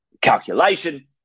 calculation